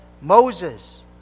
Moses